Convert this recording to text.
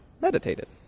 meditated